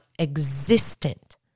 existent